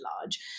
large